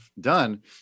done